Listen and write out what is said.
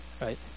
right